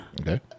Okay